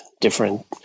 different